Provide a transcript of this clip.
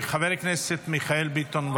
חבר הכנסת מיכאל ביטון,